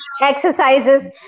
exercises